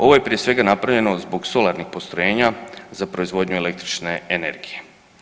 Ovo je prije svega napravljeno zbog solarnih postrojenja za proizvodnju električne energije.